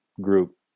group